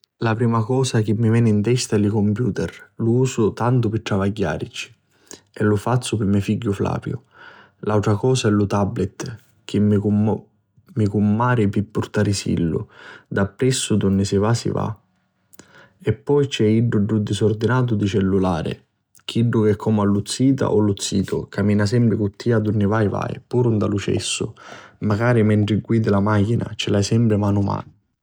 La prima cosa chi mi veni 'n testa è li compiuteri, lu usu pi tanti travagghieddi chi fazzu pi me figghiu Flaviu. L'autra cosa è lu tabbletti ch'è còmmiru pi purtarisillu d'appressu dunni si va si va. E poi c'è ddu sdisonuratu di cellulari, chiddu è comu la zita o lu zitu, camina sempri cu tia dunni vai vai, puru nta lu cessu, macari mentri guidi la machina ci l'hai sempri manu manu.